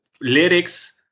lyrics